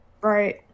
right